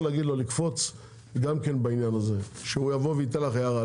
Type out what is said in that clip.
להגיד לו שיבוא לגבי העניין הזה ויעיר לך הערה,